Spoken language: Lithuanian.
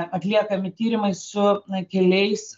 atliekami tyrimai su keliais